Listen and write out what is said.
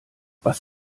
was